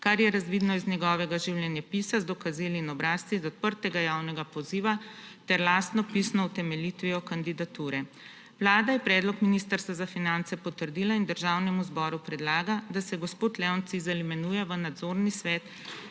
kar je razvidno iz njegovega življenjepisa s dokazili in obrazci iz odprtega javnega poziva ter lastno pisno utemeljitvijo kandidature. Vlada je predlog Ministrstva za finance potrdila in Državnemu zboru predlaga, da se gospod Leon Cizelj imenuje v nadzorni svet